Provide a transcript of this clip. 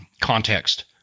context